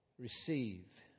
Receive